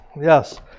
yes